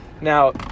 Now